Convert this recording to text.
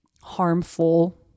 harmful